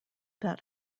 that